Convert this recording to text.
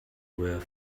were